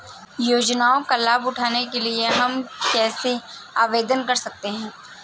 योजनाओं का लाभ उठाने के लिए हम कैसे आवेदन कर सकते हैं?